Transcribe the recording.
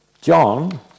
John